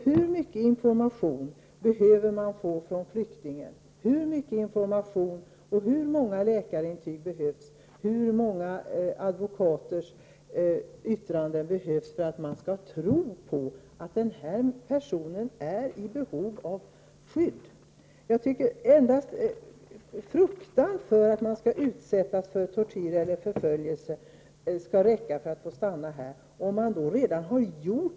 Hur mycket information från flyktingen, hur många läkarintyg och hur många advokaters yttranden behövs för att man skall tro på att denna person är i behov av skydd? Endast fruktan för att en person skall utsättas för tortyr eller förföljelse borde räcka för att han skulle få stanna här.